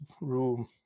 room